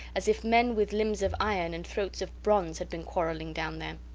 as if men with limbs of iron and throats of bronze had been quarrelling down there.